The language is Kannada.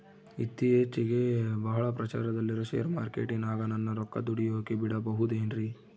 ಇತ್ತೇಚಿಗೆ ಬಹಳ ಪ್ರಚಾರದಲ್ಲಿರೋ ಶೇರ್ ಮಾರ್ಕೇಟಿನಾಗ ನನ್ನ ರೊಕ್ಕ ದುಡಿಯೋಕೆ ಬಿಡುಬಹುದೇನ್ರಿ?